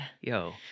Yo